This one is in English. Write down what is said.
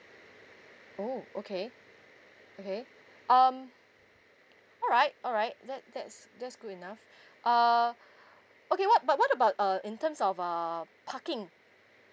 oh okay okay um all right all right that that's that's good enough uh okay what about what about uh in terms of uh parking